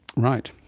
right,